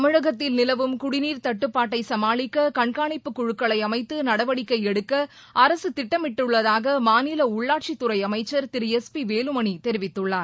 தமிழகத்தில் நிலவும் குடிநீர் தட்டுபாட்டை சமாளிக்க கண்காணிப்பு குழுக்களை அமைத்து நடவடிக்கை எடுக்க அரசு திட்டமிட்டுள்ளதாக மாநில உள்ளாட்சித்துறை அமைச்சா் திரு எஸ் பி வேலுமணி தெரிவித்துள்ளார்